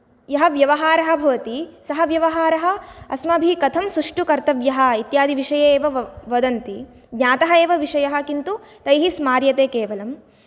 यः व्यवहारः भवति सः व्यवहारः अस्माभिः कथं सुष्ठुः कर्तव्यः इत्यादि विषये एव वदन्ति ज्ञातः एव विषयः किन्तु तैः स्मार्यते केवलम्